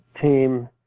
team –